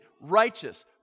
righteous